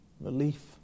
relief